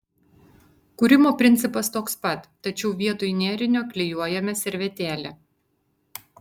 kūrimo principas toks pat tačiau vietoj nėrinio klijuojame servetėlę